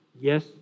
Yes